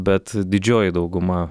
bet didžioji dauguma